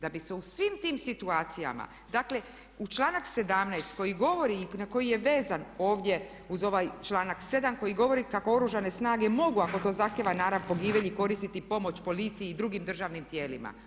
Da bi se u svim tim situacijama, dakle u članak 17. koji govori i na koji je vezan ovdje uz ovaj članak 7. koji govori kako Oružane snage mogu ako to zahtijeva narav pogibelji koristiti pomoć policiji i drugim državnim tijelima.